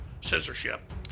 censorship